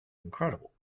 incredible